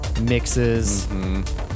mixes